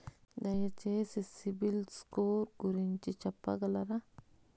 దయచేసి సిబిల్ స్కోర్ గురించి చెప్పగలరా?